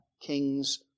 kings